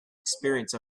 experience